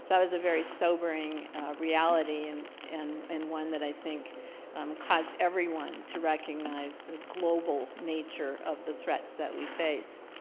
that was a very sobering reality and, and, and one that i think caused everyone to recognize the global nature of the threats that we face.